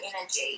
energy